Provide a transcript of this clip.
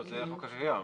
זה החוק הקיים.